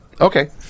Okay